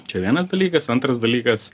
čia vienas dalykas antras dalykas